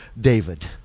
David